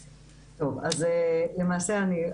בבקשה.